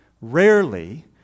Rarely